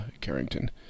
Carrington